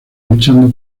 luchando